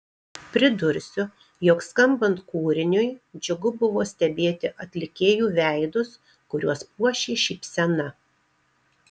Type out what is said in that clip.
pridursiu jog skambant kūriniui džiugu buvo stebėti atlikėjų veidus kuriuos puošė šypsena